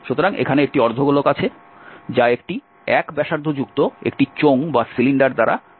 সুতরাং এখানে একটি অর্ধ গোলক আছে যা একটি 1 ব্যাসার্ধ যুক্ত একটি চোঙ দ্বারা খন্ডিত হয়েছে